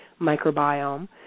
microbiome